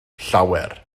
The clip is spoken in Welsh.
llawer